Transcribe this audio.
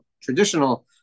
traditional